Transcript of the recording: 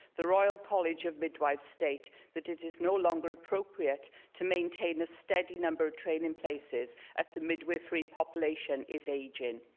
the royal college of midwives states that it is no longer appropriate to maintain a steady number of training places, as the midwifery population is ageing.